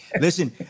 Listen